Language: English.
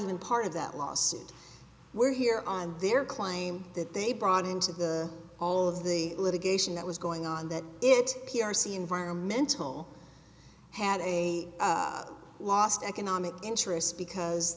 even part of that lawsuit were here on their claim that they brought into the all of the litigation that was going on that it p r c environmental had a lost economic interest because